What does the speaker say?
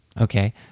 Okay